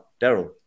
Daryl